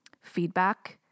feedback